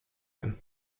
him